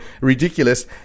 ridiculous